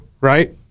right